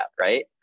Right